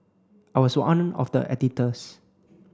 I was one of the editors